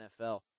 NFL